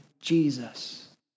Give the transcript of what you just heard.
Jesus